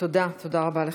תודה, תודה רבה לך.